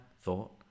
thought